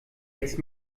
jetzt